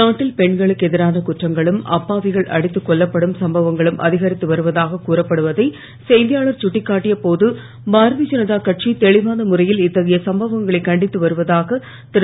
நாட்டில் பெண்களுக்கு எதிரான குற்றங்களும் அப்பாவிகள் அடித்துக் கொல்லப்படும் சம்பவங்களும் அதிகரித்து வருவதாகக் கூறப்படுவதை செய்தியாளர் சுட்டிக்காட்டிய போது பாரதிய தனதா கட்சி தெளிவான முறையில் இத்தகைய சம்பவங்களைக் கண்டித்து வருவதாக திரு